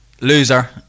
loser